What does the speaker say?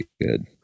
good